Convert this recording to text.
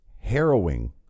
harrowing